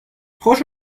خوش